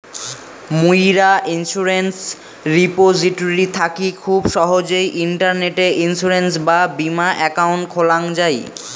মুইরা insurance repository থাকি খুব সহজেই ইন্টারনেটে ইন্সুরেন্স বা বীমা একাউন্ট খোলাং যাই